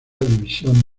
división